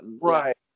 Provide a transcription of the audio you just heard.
Right